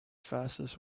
fastest